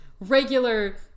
regular